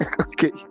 Okay